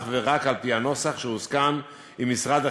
ורק על-פי הנוסח שהוסכם עם משרד החינוך.